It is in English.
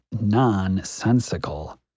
nonsensical